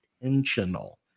Intentional